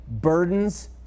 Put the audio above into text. burdens